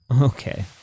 Okay